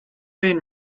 been